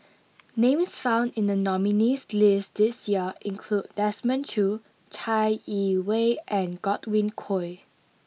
names found in the nominees' list this year include Desmond Choo Chai Yee Wei and Godwin Koay